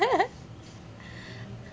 ya